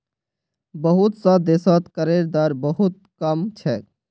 बहुत स देशत करेर दर बहु त कम छेक